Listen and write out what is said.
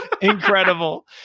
Incredible